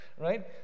Right